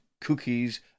cookies